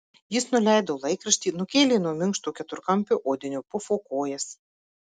jis nuleido laikraštį nukėlė nuo minkšto keturkampio odinio pufo kojas